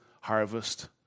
harvest